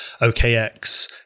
OKX